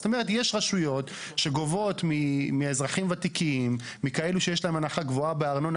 אז יש רשויות שגובות מאזרחים ותיקים ומכאלה שיש להם הנחה גבוהה בארנונה,